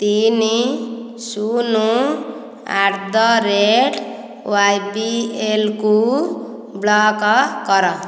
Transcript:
ତିନି ଶୂନ at the rate Y B ଏଲକୁ ବ୍ଲକ୍ କର